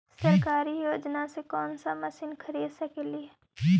सरकारी योजना से कोन सा मशीन खरीद सकेली?